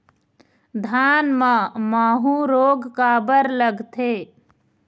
धान म माहू रोग काबर लगथे?